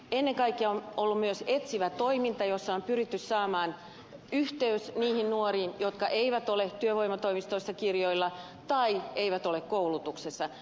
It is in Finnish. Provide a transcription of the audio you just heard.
ennen kaikkea on ollut myös etsivää toimintaa jossa on pyritty saamaan yhteys niihin nuoriin jotka eivät ole työvoimatoimistoissa kirjoilla tai eivät ole koulutuksessa